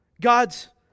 God's